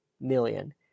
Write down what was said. million